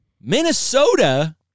Minnesota